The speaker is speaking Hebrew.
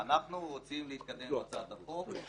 אנחנו רוצים להתקדם עם הצעת החוק.